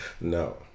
No